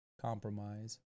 compromise